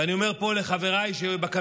ואני אומר פה לחבריי שבקבינט: